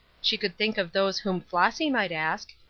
she could think of those whom flossy might ask,